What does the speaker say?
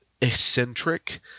eccentric